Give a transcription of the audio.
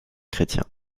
chrétiens